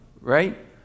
right